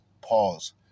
pause